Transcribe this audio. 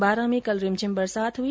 बारां में कल रिमझिम बरसात हुई